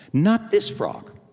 not this frog.